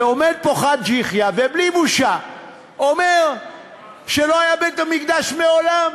ועומד פה חאג' יחיא ובלי בושה אומר שלא היה בית-המקדש מעולם.